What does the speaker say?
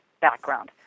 background